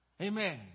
Amen